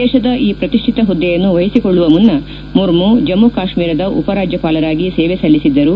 ದೇಶದ ಈ ಶ್ರತಿಷ್ಠಿತ ಹುದ್ದೆಯನ್ನು ವಹಿಸಿಕೊಳ್ಳುವ ಮುನ್ನ ಮುರ್ಮು ಜಮ್ನು ಕಾಶ್ನೀರದ ಉಪರಾಜ್ಞಪಾಲರಾಗಿ ಸೇವೆ ಸಲ್ಲಿಸಿದ್ದರು